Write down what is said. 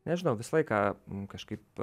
nežinau visą laiką kažkaip